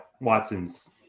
Watson's –